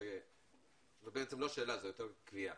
לא שאלה אלא יותר קריאה